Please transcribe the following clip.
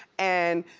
and